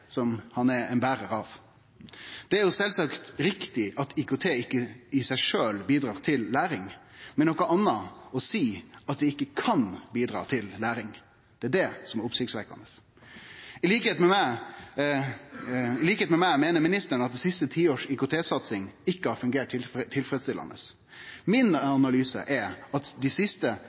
som han er ein berar av. Det er sjølvsagt riktig at IKT i seg sjølv ikkje bidrar til læring, men noko anna er det å seie at det ikkje kan bidra til læring. Det er det som er oppsiktsvekkjande. På same måten som eg meiner ministeren at IKT-satsinga dei siste tiåra ikkje har fungert tilfredsstillande. Min analyse er at IKT-satsinga dei siste